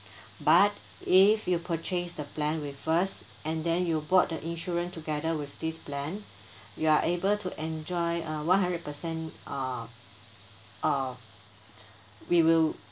but if you purchase the plan with us and then you bought the insurance together with this plan you are able to enjoy uh one hundred percent uh uh we will